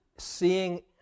Seeing